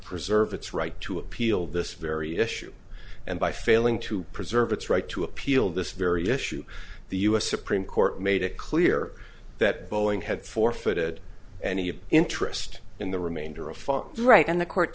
preserve its right to appeal this very issue and by failing to preserve its right to appeal this very issue the us supreme court made it clear that boeing had forfeited any interest in the remainder of far right and the court